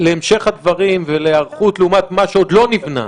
להמשך הדברים ולהיערכות לעומת מה שעוד לא נבנה.